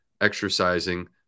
exercising